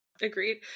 agreed